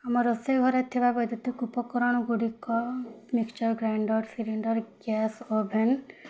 ଆମ ରୋଷେଇ ଘରେ ଥିବା ବୈଦ୍ୟୁତିକ ଉପକରଣ ଗୁଡ଼ିକ mixture grinder cylinder gas oven